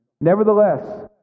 Nevertheless